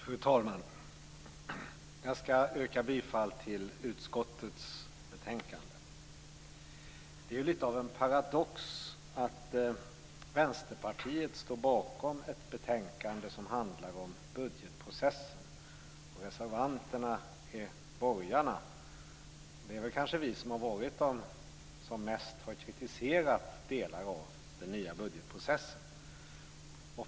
Fru talman! Jag ska yrka bifall till hemställan i utskottets betänkande. Det är lite av en paradox att Vänsterpartiet står bakom ett betänkande som handlar om budgetprocessen, och att reservanterna är borgarna. Det är väl kanske vi som har varit de som mest har kritiserat delar av den nya budgetprocessen.